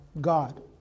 God